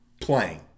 Playing